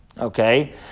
Okay